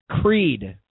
Creed